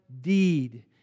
deed